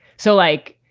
so, like,